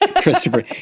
Christopher